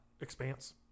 Expanse